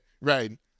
Right